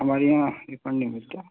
ہمارے یہاں رفنڈ نہیں ملتا